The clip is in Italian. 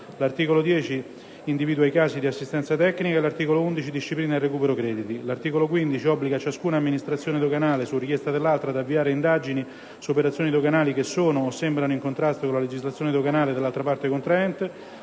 L'articolo 10 individua i casi di assistenza tecnica e l'articolo 11 disciplina il recupero crediti, mentre l'articolo 15 obbliga ciascuna amministrazione doganale, su richiesta dell'altra, ad avviare indagini su operazioni doganali che sono o sembrano in contrasto con la legislazione doganale dell'altra Parte contraente.